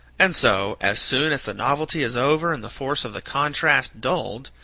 and so, as soon as the novelty is over and the force of the contrast dulled,